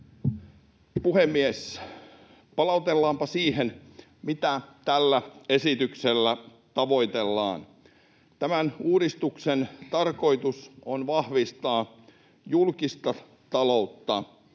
puhemies! Palautellaanpa siihen, mitä tällä esityksellä tavoitellaan. Tämän uudistuksen tarkoitus on vahvistaa julkista taloutta.